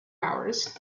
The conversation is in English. hours